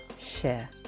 share